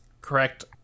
correct